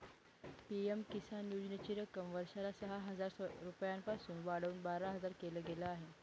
PM Kisan योजनेची रक्कम वर्षाला सहा हजार रुपयांपासून वाढवून बारा हजार केल गेलं आहे